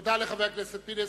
תודה לחבר הכנסת פינס.